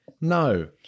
No